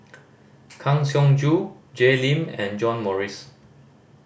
Kang Siong Joo Jay Lim and John Morrice